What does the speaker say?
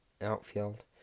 outfield